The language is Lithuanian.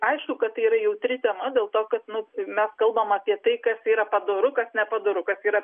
aišku kad tai yra jautri tema dėl to kad nu mes kalbam apie tai kas yra padoru kas nepadoru kas yra